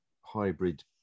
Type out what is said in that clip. hybrid